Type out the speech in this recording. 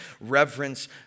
reverence